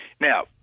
Now